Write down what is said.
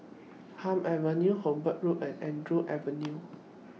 Hume Avenue Hobart Road and Andrew Avenue